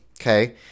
Okay